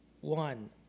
one